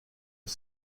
das